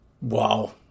wow